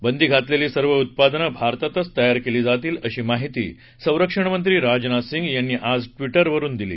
बंदी घातलेली सर्व उत्पादन भारतातच तयार केली जातील अशी माहिती संरक्षण मंत्री राजनाथ सिंह यांनी आज ट्वीटखरून दिली